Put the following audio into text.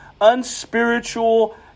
unspiritual